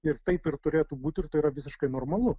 ir taip ir turėtų būti ir tai yra visiškai normalu